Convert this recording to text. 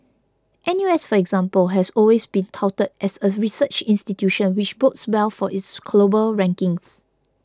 N U S for example has always been touted as a research institution which bodes well for its global rankings